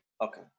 Okay